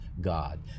God